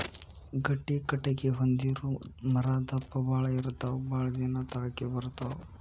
ಗಟ್ಟಿ ಕಟಗಿ ಹೊಂದಿರು ಮರಾ ದಪ್ಪ ಬಾಳ ಇರತಾವ ಬಾಳದಿನಾ ತಾಳಕಿ ಬರತಾವ